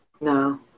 no